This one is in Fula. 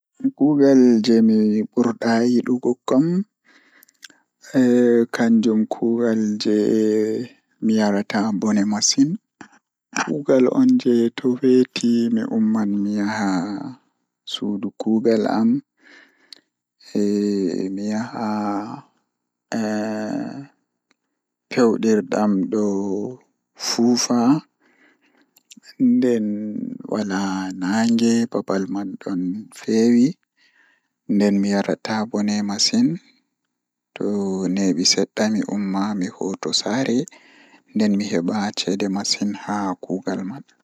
Baaba am mawnde no waɗiima ko leydi gooto mi waɗataa ngoodi no mi yiɗi, njooɗaade e haɗe faa njogu heɓde bonannde e adunaaji. No waɗiima ko miɗo waɗataa hoore nder wuttude faa mi waɗataa nder yeeɓde njogooji ɗi heɓɗi ñaawdi e njangu